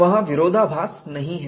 वहां विरोधाभास नहीं हैं